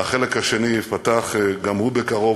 והחלק השני ייפתח גם הוא בקרוב.